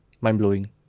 mind-blowing